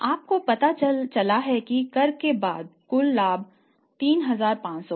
आपको पता चला है कि कर के बाद कुल शुद्ध लाभ 3500 है